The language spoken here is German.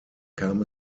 kam